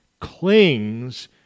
clings